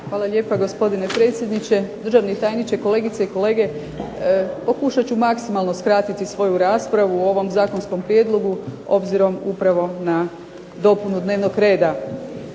Hvala lijepa gospodine predsjedniče, državni tajniče, kolegice i kolege. Pokušat ću maksimalno skratiti svoju raspravu o ovom zakonskom prijedlogu, obzirom upravo na dopunu dnevnog reda.